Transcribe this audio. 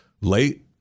late